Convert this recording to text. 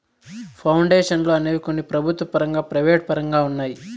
పౌండేషన్లు అనేవి కొన్ని ప్రభుత్వ పరంగా ప్రైవేటు పరంగా ఉన్నాయి